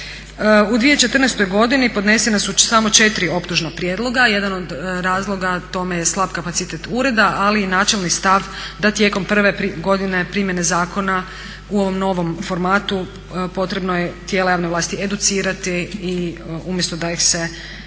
U 2014. godini podnesena su samo četiri optužna prijedloga. Jedan od razloga tome je slab kapacitet ureda ali i načelni stav da tijekom prve godine primjene zakona u ovom novom formatu potrebno je tijela javne vlasti educirati umjesto da ih se, da